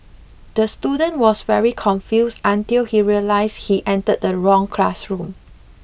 the student was very confused until he realised he entered the wrong classroom